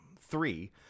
three